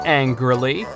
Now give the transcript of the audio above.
angrily